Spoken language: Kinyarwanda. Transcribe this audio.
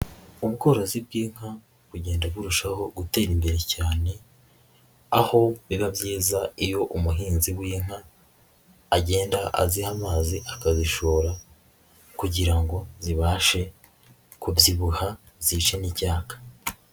Ubworozi bw'inka bugenda burushaho gutera imbere cyane, aho biba byiza iyo umuhinzi w'inka agenda aziha amazi, akazishora kugira ngo zibashe kubyibuha zice n'icyaka.